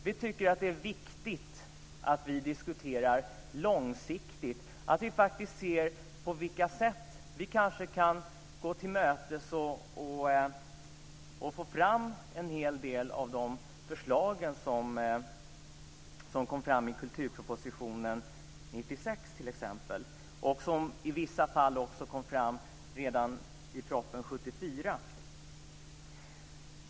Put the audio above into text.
Vi tycker att det är viktigt att vi diskuterar långsiktigt, att vi faktiskt ser på vilka sätt som vi kanske kan gå till mötes och få fram en hel del av de förslag som kom fram i t.ex. kulturpropositionen 1996 och som i vissa fall också kom fram redan i propositionen 1974.